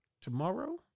tomorrow